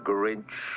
Grinch